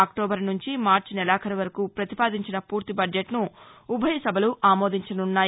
October నుంచి మార్చి నెలాఖరు వరకు ప్రతిపాదించిన పూర్తి బడ్జెట్ను ఉభయసభలు ఆమోదించనున్నాయి